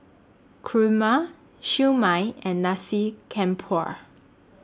Kurma Siew Mai and Nasi Campur